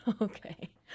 Okay